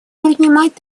принимать